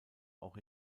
auch